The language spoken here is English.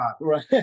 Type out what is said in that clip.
Right